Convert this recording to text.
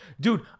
Dude